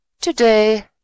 Today